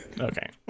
Okay